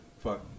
Fuck